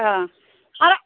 অঁ অঁ